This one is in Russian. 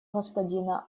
господина